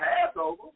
Passover